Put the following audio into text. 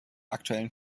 aktuellen